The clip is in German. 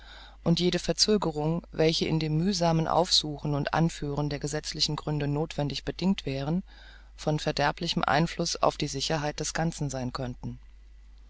und jede verzögerung welche in dem mühsamen aufsuchen und anführen der gesetzlichen gründe nothwendig bedingt wäre vom verderblichsten einfluß auf die sicherheit des ganzen sein könnte